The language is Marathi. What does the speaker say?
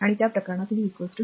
आणि त्या प्रकरणात v 0